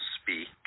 speak